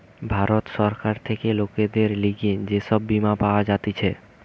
ভারত সরকার থেকে লোকের লিগে যে সব বীমা পাওয়া যাতিছে